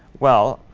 well,